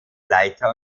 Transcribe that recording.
leiter